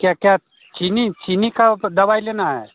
क्या क्या चीनी चीनी का आप दवाई लेना है